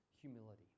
humility